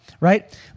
right